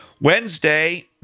Wednesday